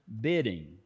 bidding